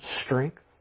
strength